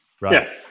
Right